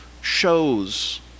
shows